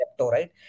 right